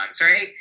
right